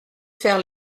faire